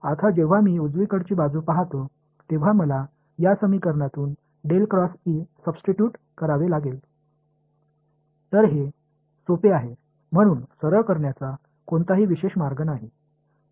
இப்போது நான் வலது புறத்தைப் பார்க்கும்போது இந்த சமன்பாட்டிலிருந்து நான் இங்கே கண்டிப்பாக மாற்றி ஆக வேண்டும்